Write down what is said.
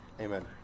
Amen